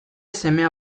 semea